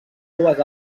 dues